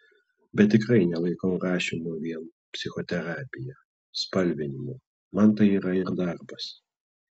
bet tikrai nelaikau rašymo vien psichoterapija spalvinimu man tai yra ir darbas